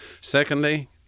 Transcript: Secondly